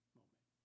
moment